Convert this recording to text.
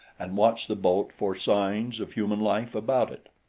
and watched the boat for signs of human life about it.